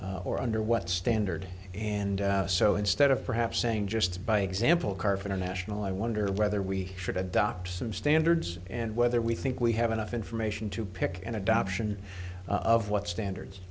or under what standard and so instead of perhaps saying just by example karf international i wonder whether we should adopt some standards and whether we think we have enough information to pick an adoption of what standards